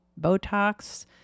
Botox